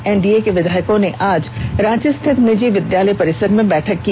NDA के विधायकों ने आज रांची स्थित निजी विद्यालय परिसर में बैठक की